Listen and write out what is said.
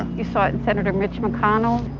you saw it in senator mitch mcconnell.